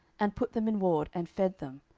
and put them in ward, and fed them,